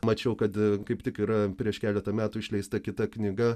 mačiau kad kaip tik yra prieš keletą metų išleista kita knyga